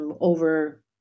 over